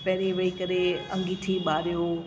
पहिरीं वेही करे अंगिठी बारियूं